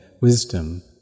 wisdom